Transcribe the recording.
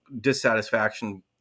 dissatisfaction